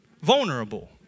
Vulnerable